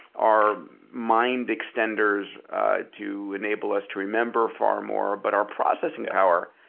our mind extenders to enable us to remember far more, but our processing power.